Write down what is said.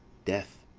death,